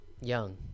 young